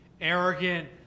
arrogant